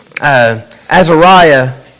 Azariah